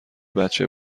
بچه